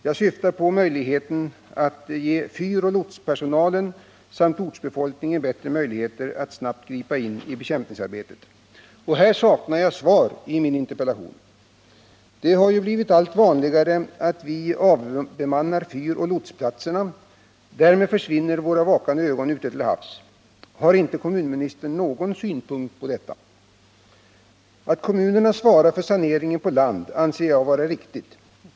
Jag syftar på möjligheten att ge fyroch lotsplatspersonalen samt ortsbefolkningen bättre möjligheter att snabbt gripa in i bekämpningsarbetet. Här saknar jag svar på min interpellation. Det har ju blivit allt vanligare att vi avbemannar fyroch lotsplatserna, och därmed försvinner våra vakande ögon ute till havs. Har inte kommunministern någon synpunkt på detta? Att kommunerna svarar för saneringen på land anser jag vara riktigt.